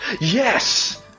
Yes